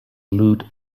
loot